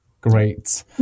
Great